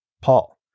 Paul